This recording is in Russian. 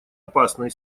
опасные